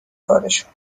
کارشون